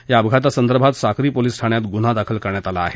या अपघातासर्वर्धीत साक्री पोलीस ठाण्यात गुन्हा दाखल करण्यात आला आहे